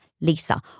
lisa